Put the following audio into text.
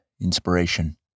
inspiration